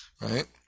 right